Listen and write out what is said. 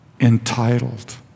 entitled